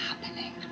happening